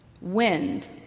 Wind